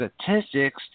statistics